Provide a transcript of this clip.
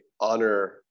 honor